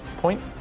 point